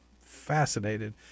fascinated